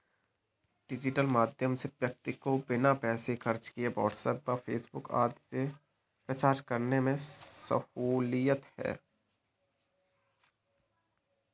digital माध्यम से व्यक्ति को बिना पैसे खर्च किए व्हाट्सएप व फेसबुक आदि से प्रचार करने में सहूलियत है